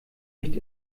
nicht